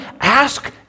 ask